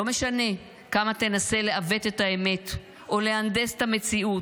לא משנה כמה תנסה לעוות את האמת או להנדס את המציאות,